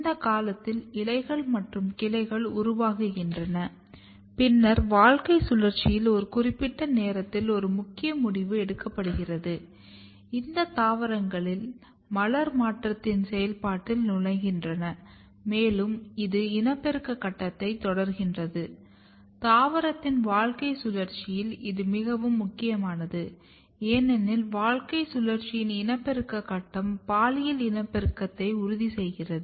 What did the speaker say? இந்த காலத்தில் இலைகள் மற்றும் கிளைகள் உருவாகின்றன பின்னர் வாழ்க்கைச் சுழற்சியில் ஒரு குறிப்பிட்ட நேரத்தில் ஒரு முக்கிய முடிவு எடுக்கப்படுகிறது இந்த தாவரங்கள் மலர் மாற்றத்தின் செயல்பாட்டில் நுழைகின்றன மேலும் இது இனப்பெருக்க கட்டத்தைத் தொடங்குகிறது தாவரத்தின் வாழ்க்கைச் சுழற்சியில் இது மிகவும் முக்கியமானது ஏனெனில் வாழ்க்கைச் சுழற்சியின் இனப்பெருக்க கட்டம் பாலியல் இனப்பெருக்கத்தை உறுதி செய்கிறது